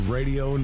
Radio